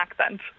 accent